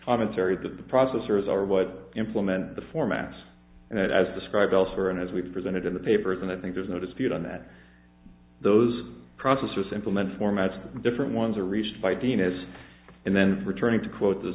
commentary that the processors are what implement the foremast and as described elsewhere and as we've presented in the papers and i think there's no dispute on that those processors implement formats different ones are reached by dean as and then returning to quote th